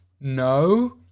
No